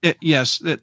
yes